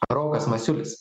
rokas masiulis